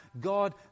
God